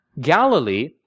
Galilee